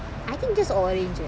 I think just orange eh